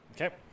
Okay